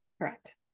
Correct